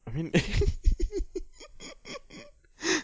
I mean